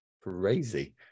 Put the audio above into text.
crazy